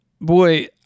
Boy